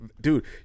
Dude